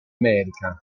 america